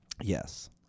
Yes